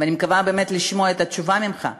ואני מקווה באמת לשמוע את התשובה ממך.